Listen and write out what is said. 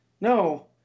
No